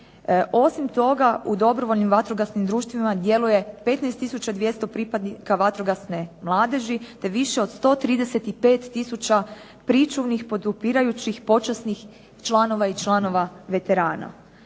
Osim toga, u dobrovoljnim vatrogasnim društvima djeluje 15200 pripadnika vatrogasne mladeži, te više od 135000 pričuvnih podupirajućih počasnih članova i članova veterana.